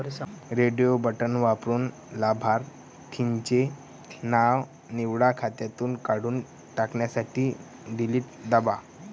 radio button वापरून लाभार्थीचे नाव निवडा, खात्यातून काढून टाकण्यासाठी डिलीट दाबा